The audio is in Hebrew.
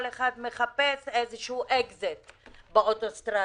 כל אחד מחפש איזשהו אקזיט באוטוסטרדה.